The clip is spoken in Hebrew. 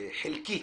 החלקית,